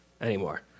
anymore